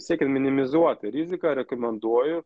siekiant minimizuoti riziką rekomenduoju